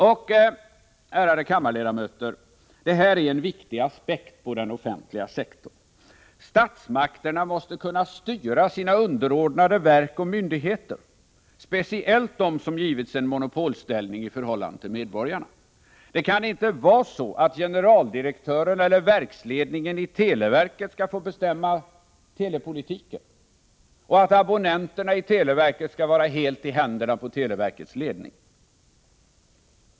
Och, ärade kammarledamöter, det här är en viktig aspekt på den offentliga sektorn: statsmakterna måste kunna styra sina underordnade verk och myndigheter, speciellt de verk som givits en monopolställning i förhållande till medborgarna. Det kan inte få vara så att generaldirektören eller verksledningen i televerket skall få bestämma telepolitiken och att abonnenterna hos televerket skall vara helt i händerna på televerkets ledning.